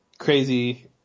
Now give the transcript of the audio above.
crazy